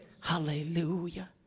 Hallelujah